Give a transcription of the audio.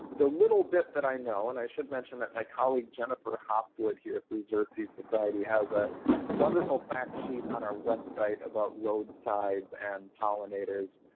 the little bit that i know and i should mention that my colleague, jennifer hopwood, here at the xerces society has a wonderful fact sheet on our website about roadsides and pollinators.